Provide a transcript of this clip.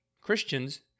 Christians